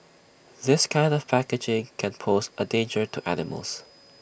this kind of packaging can pose A danger to animals